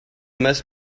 must